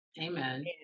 Amen